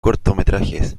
cortometrajes